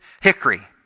hickory